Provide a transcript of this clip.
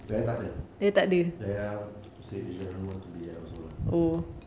dayah tak ada dayah said she doesn't want to be there also lah